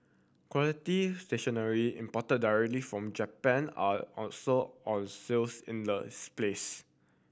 quality stationery imported directly from Japan are also on sales in the place